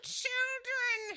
children